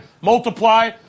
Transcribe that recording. Multiply